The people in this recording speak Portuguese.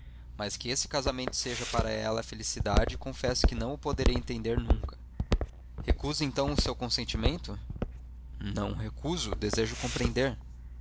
mas que este casamento seja para ela felicidade confesso que não o poderei entender nunca recusa então o seu consentimento não recuso desejo compreender